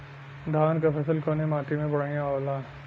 धान क फसल कवने माटी में बढ़ियां होला?